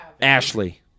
Ashley